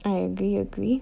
I agree agree